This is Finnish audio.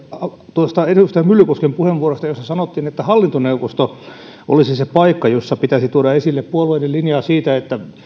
tuosta edustaja myllykosken puheenvuorosta jossa sanottiin että hallintoneuvosto olisi se paikka jossa pitäisi tuoda esille puolueiden linjaa siitä että